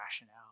rationale